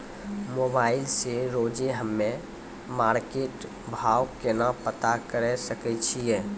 Mobile से रोजे हम्मे मार्केट भाव केना पता करे सकय छियै?